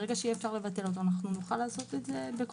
ברגע שאפשר יהיה לבטל אותו אנחנו נוכל לעשות את זה.